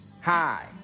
Hi